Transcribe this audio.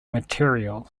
material